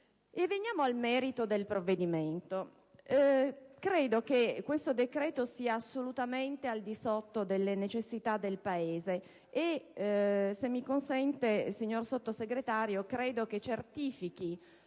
Veniamo al merito del provvedimento. Credo che questo decreto sia assolutamente al di sotto delle necessità del Paese e, se mi consente, signor Sottosegretario, certifichi